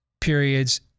periods